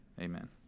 Amen